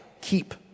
keep